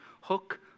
hook